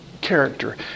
character